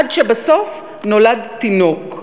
עד שבסוף נולד תינוק,